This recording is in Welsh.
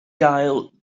gael